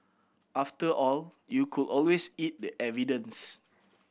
after all you could always eat the evidence